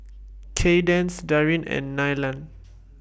Kaydence Darin and Nylah